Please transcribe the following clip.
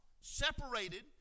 separated